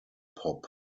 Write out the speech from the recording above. pop